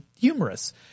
humorous